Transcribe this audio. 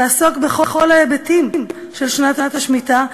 שהיא תעסוק בכל ההיבטים של שנת השמיטה,